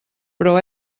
però